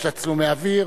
יש תצלומי אוויר,